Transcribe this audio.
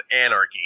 Anarchy